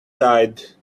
side